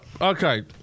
Okay